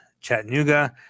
Chattanooga